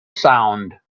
sound